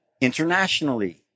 internationally